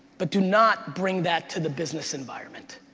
but do not bring that to the business environment.